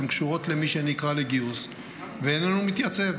הן קשורות למי שנקרא לגיוס ואיננו מתייצב.